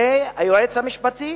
היועץ המשפטי